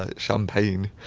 ah champagne?